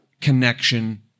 connection